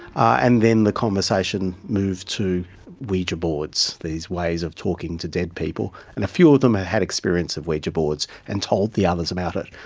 and then the conversation moved to ouija boards, these ways of talking to dead people, and a few of them ah had had experience of ouija boards and told the others about it.